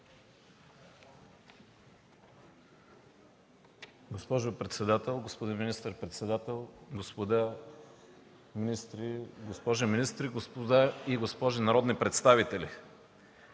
Госпожо председател, господин министър-председател, господа министри, госпожи министри, господа и госпожи народни представители!